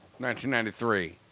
1993